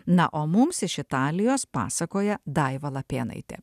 na o mums iš italijos pasakoja daiva lapėnaitė